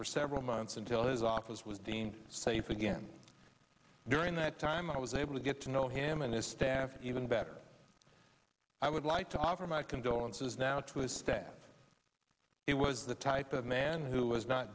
for several months until his office was deemed safe again during that time i was able to get to know him and his staff even better i would like to offer my condolences now to his staff it was the type of man who was not